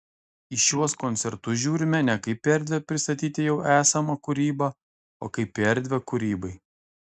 į šiuos koncertus žiūrime ne kaip į erdvę pristatyti jau esamą kūrybą o kaip į erdvę kūrybai